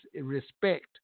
respect